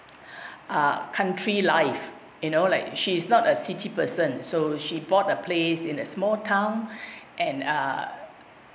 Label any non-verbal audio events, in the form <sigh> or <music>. <breath> a country life you know like she's not a city person so she bought a place in a small town and uh